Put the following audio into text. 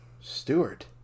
stewart